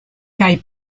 kaj